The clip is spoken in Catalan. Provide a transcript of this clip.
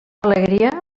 alegria